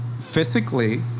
physically